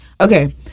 Okay